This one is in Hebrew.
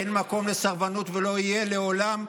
אין מקום לסרבנות ולא יהיה לעולם,